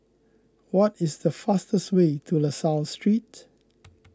what is the fastest way to La Salle Street